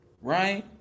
right